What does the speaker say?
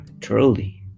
truly